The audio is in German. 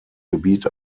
gebiet